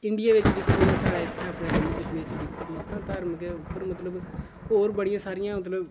India बिच दिक्खो साढ़े इत्थें जम्मू कश्मीर च दिक्खो तुस तां धर्म उप्पर गै मतलब बड़ा गै होर बड़ियां सारियां इं'या मतलब